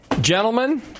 gentlemen